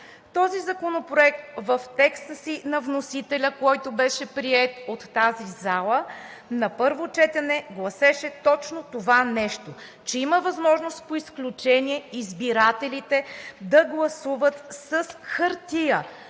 Този законопроект – в текста на вносителя, който беше приет от тази зала на първо четене, гласеше точно това нещо – че има възможност по изключение избирателите да гласуват с хартия,